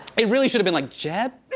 it really should've been like, jeb?